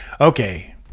Okay